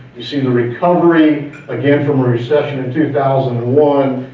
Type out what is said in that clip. you see the recovery again from recession of two thousand and one,